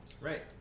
right